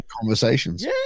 conversations